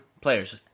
players